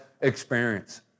experience